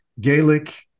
Gaelic